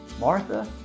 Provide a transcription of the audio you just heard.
Martha